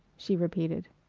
she repeated.